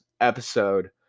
episode